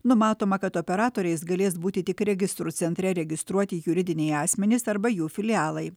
numatoma kad operatoriais galės būti tik registrų centre registruoti juridiniai asmenys arba jų filialai